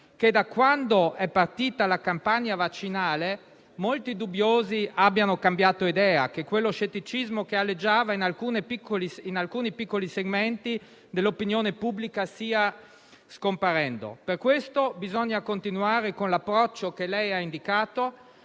che, da quando è partita la campagna vaccinale, molti dubbiosi abbiano cambiato idea e che quello scetticismo che aleggiava in alcuni piccoli segmenti dell'opinione pubblica stia scomparendo. Per questo bisogna continuare con l'approccio da lei indicato,